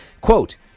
Quote